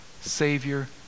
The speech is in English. Savior